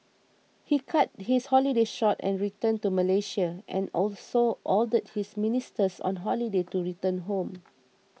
he cut his holiday short and returned to Malaysia and also ordered his ministers on holiday to return home